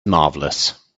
marvelous